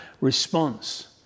response